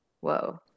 Whoa